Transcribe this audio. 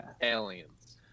Aliens